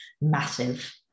massive